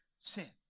sin